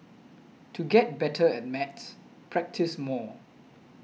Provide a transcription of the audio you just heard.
to get better at maths practise more